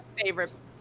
favorites